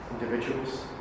individuals